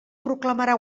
proclamarà